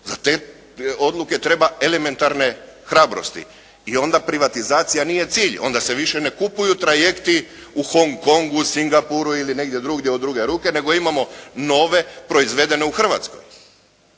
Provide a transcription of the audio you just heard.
Za te odluke treba elementarne hrabrosti i onda privatizacija nije cilj, onda se više ne kupuju trajekti u Hong Kongu, Singapuru ili negdje drugdje od druge ruke nego imamo nove proizvedene u Hrvatskoj.